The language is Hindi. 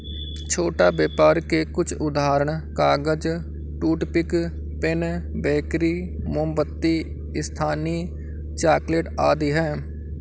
छोटा व्यापर के कुछ उदाहरण कागज, टूथपिक, पेन, बेकरी, मोमबत्ती, स्थानीय चॉकलेट आदि हैं